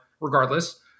regardless